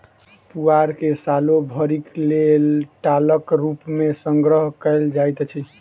पुआर के सालो भरिक लेल टालक रूप मे संग्रह कयल जाइत अछि